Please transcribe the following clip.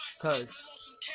Cause